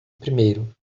primeiro